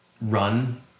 run